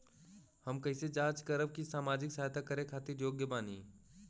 हम कइसे जांच करब की सामाजिक सहायता करे खातिर योग्य बानी?